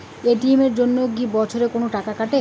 ATM এর জন্যে কি বছরে কোনো টাকা কাটে?